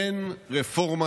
אין רפורמה